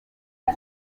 cya